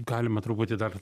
galima truputį dar